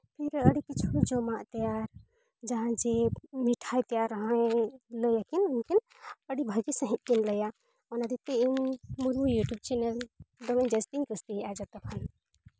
ᱯᱷᱤᱨ ᱟᱹᱰᱤ ᱠᱤᱪᱷᱩ ᱡᱚᱢᱟᱜ ᱛᱮᱭᱟᱨ ᱡᱟᱦᱟᱸᱭ ᱡᱮ ᱢᱤᱴᱷᱟᱭ ᱛᱮᱭᱟᱨ ᱦᱚᱸ ᱞᱟᱹᱭ ᱟᱹᱠᱤᱱ ᱩᱱᱠᱤᱱ ᱟᱹᱰᱤ ᱵᱷᱟᱹᱜᱮ ᱥᱟᱹᱦᱤᱡ ᱠᱤᱱ ᱞᱟᱹᱭᱟ ᱚᱱᱟ ᱦᱚᱛᱮᱡᱛᱮ ᱤᱧ ᱢᱩᱨᱢᱩ ᱤᱭᱩᱴᱩᱵᱽ ᱪᱮᱱᱮᱞ ᱤᱧ ᱫᱚᱢᱮ ᱡᱟᱹᱥᱛᱤᱧ ᱠᱩᱥᱤᱭᱟᱜᱼᱟ ᱡᱚᱛᱚ ᱠᱷᱚᱱ